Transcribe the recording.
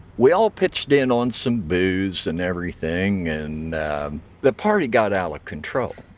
we all pitched in on some booze and everything and the party got out of control.